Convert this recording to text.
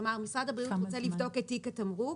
כלומר, משרד הבריאות רוצה לבדוק את תיק התמרוק,